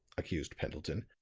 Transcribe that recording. accused pendleton.